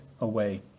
away